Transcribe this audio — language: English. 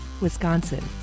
Wisconsin